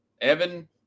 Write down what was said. Evan